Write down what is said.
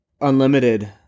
Unlimited